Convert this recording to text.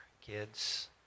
kids